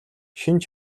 шинж